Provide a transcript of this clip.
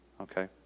okay